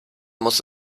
muss